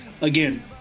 Again